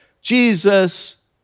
Jesus